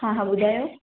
हा हा ॿुधायो